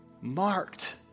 marked